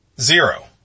zero